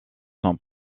son